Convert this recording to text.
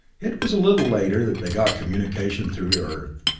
it was a little later that they got communication through to earth,